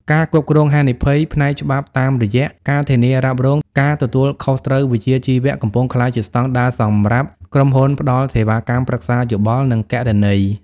ការគ្រប់គ្រងហានិភ័យ ផ្នែកច្បាប់តាមរយៈ ការធានារ៉ាប់រង ការទទួលខុសត្រូវវិជ្ជាជីវៈ កំពុងក្លាយជាស្ដង់ដារសម្រាប់ក្រុមហ៊ុនផ្ដល់សេវាកម្មប្រឹក្សាយោបល់ និងគណនេយ្យ។